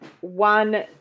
one